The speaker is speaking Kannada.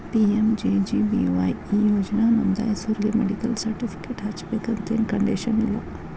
ಪಿ.ಎಂ.ಜೆ.ಜೆ.ಬಿ.ವಾಯ್ ಈ ಯೋಜನಾ ನೋಂದಾಸೋರಿಗಿ ಮೆಡಿಕಲ್ ಸರ್ಟಿಫಿಕೇಟ್ ಹಚ್ಚಬೇಕಂತೆನ್ ಕಂಡೇಶನ್ ಇಲ್ಲ